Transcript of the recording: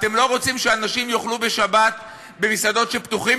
אתם לא רוצים שאנשים יאכלו במסעדות שפתוחות בשבת?